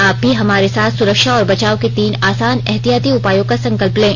आप भी हमारे साथ सुरक्षा और बचाव के तीन आसान एहतियाती उपायों का संकल्प लें